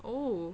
oh